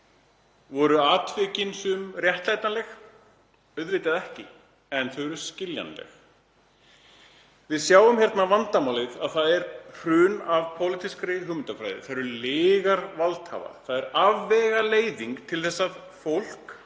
Voru sum atvikin réttlætanleg? Auðvitað ekki, en þau eru skiljanleg. Við sjáum hérna vandamálið, hrun pólitískrar hugmyndafræði, það eru lygar valdhafa, það er afvegaleiðing til að fólk